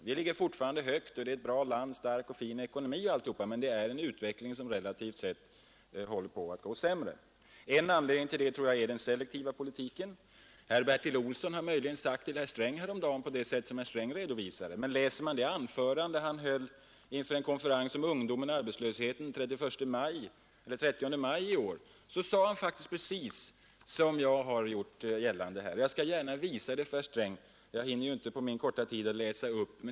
Vi ligger fortfarande högt: Sverige är ett bra land, vi har en stark ekonomi. Men utvecklingen har medfört att det blivit relativt sett sämre än det behövt vara. En anledning härtill tror jag är den selektiva politiken. Bertil Olsson har möjligen uttalat sig för herr Sträng på det sätt som herr Sträng redovisade. Men läser man det anförande som Bertil Olsson höll den 30 maj i år inför en konferens om ungdomen och arbetslösheten finner man att han yttrade sig precis på det sätt som jag här gjort gällande. Jag skall gärna visa herr Sträng detta anförande. Jag hinner på den korta tiden inte läsa upp det.